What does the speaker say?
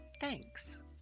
Thanks